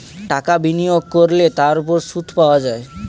টাকা বিনিয়োগ করলে তার উপর সুদ পাওয়া যায়